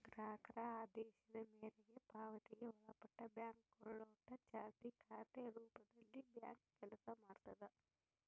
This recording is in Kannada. ಗ್ರಾಹಕರ ಆದೇಶದ ಮೇರೆಗೆ ಪಾವತಿಗೆ ಒಳಪಟ್ಟಿ ಬ್ಯಾಂಕ್ನೋಟು ಚಾಲ್ತಿ ಖಾತೆ ರೂಪದಲ್ಲಿಬ್ಯಾಂಕು ಕೆಲಸ ಮಾಡ್ತದ